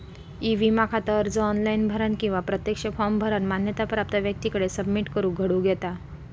E विमा खाता अर्ज ऑनलाइन भरानं किंवा प्रत्यक्ष फॉर्म भरानं मान्यता प्राप्त व्यक्तीकडे सबमिट करून उघडूक येता